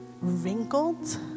wrinkled